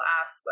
ask